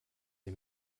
sie